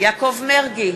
יעקב מרגי,